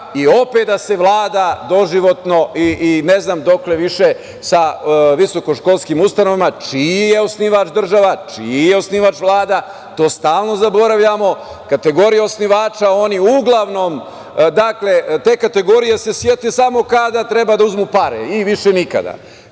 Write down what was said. i opet da se vlada doživotno i ne znam dokle više sa visokoškolskim ustanovama čiji je osnivač država, čiji je osnivač Vlada. To stalno zaboravljamo. Kategorija osnivača, oni uglavnom te kategorije se sete samo kada treba da uzmu pare i više nikada.